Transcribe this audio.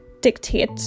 dictate